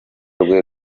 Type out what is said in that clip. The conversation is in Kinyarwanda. rwe